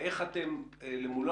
אל מולו,